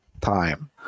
time